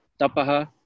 tapaha